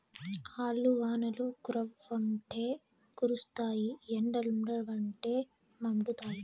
ఆల్లు వానలు కురవ్వంటే కురుస్తాయి ఎండలుండవంటే మండుతాయి